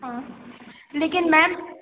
हाँ लेकिन मैम